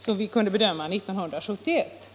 som vi kunde bedöma, inte tillräckligt omfattande utbildning av läkare 1971.